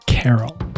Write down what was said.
Carol